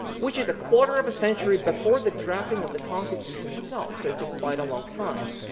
which is a quarter of a century before the drafting of the constitution itself. so it's quite a long time.